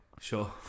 Sure